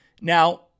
Now